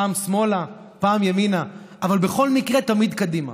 פעם שמאלה, פעם ימינה, אבל בכל מקרה תמיד קדימה.